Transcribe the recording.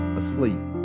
asleep